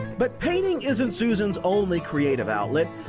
but painting isn't susan's only creative outlet.